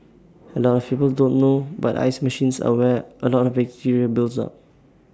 A lot of people don't know but ice machines are where A lot of bacteria builds up